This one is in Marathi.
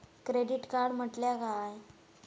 क्रेडिट कार्ड म्हटल्या काय?